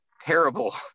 terrible